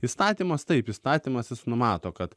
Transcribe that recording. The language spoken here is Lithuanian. įstatymas taip įstatymas jis numato kad